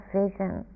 vision